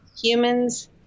humans